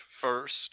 first